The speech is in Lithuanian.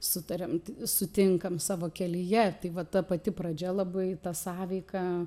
sutariam sutinkam savo kelyje tai vat ta pati pradžia labai ta sąveika